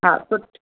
हा सुठ